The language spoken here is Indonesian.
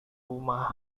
rumah